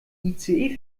ice